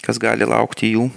kas gali laukti jų